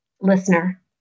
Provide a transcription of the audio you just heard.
Listener